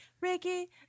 Ricky